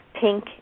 pink